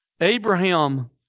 Abraham